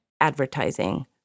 advertising